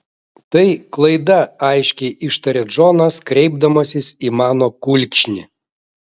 tai klaida aiškiai ištaria džonas kreipdamasis į mano kulkšnį